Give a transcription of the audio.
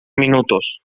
minutos